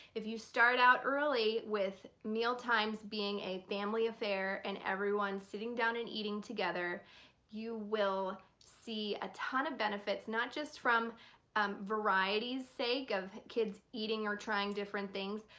if you start out early with meal times being a family affair and everyone sitting down and eating together you will see a ton of benefits not just from variety's sake of kids eating or trying different things,